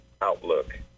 Outlook